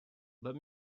let